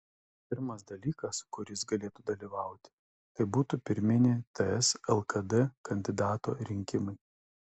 pirmas dalykas kur jis galėtų dalyvauti tai būtų pirminiai ts lkd kandidato rinkimai